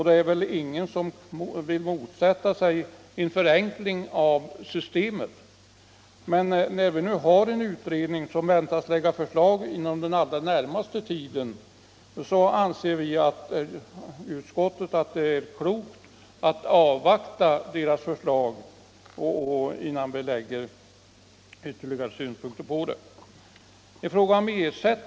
Det är väl ingen som vill motsätta sig en förenkling av systemet, men när det nu pågår en utredning som väntas lägga fram förslag inom den allra närmaste tiden, anser utskottsmajoriteten att det är klokt att avvakta detta förslag innan vi lägger ytterligare synpunkter på det här problemet.